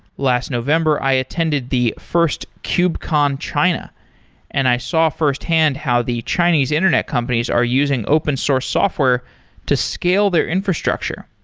last november i attended the first kubecon china and i saw firsthand how the chinese internet companies are using open source software to scale their infrastructure.